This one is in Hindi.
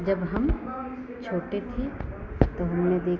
जब हम छोटे थे तो हमने देखा